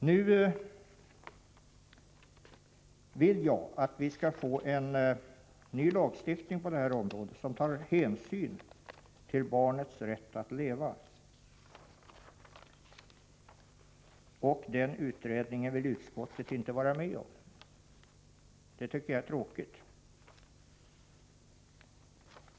Jag vill att vi skall få en ny lagstiftning på det här området som tar hänsyn till barnens rätt att leva. En utredning om detta vill utskottet inte vara med på. Jag tycker att det är tråkigt.